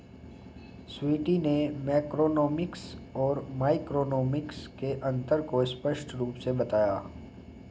स्वीटी ने मैक्रोइकॉनॉमिक्स और माइक्रोइकॉनॉमिक्स के अन्तर को स्पष्ट रूप से बताया